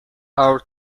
our